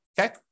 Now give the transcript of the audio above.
okay